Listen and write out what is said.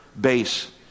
base